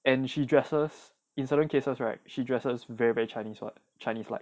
and she dresses in certain cases right she dresses very very chinese [what] chinese like